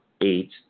eight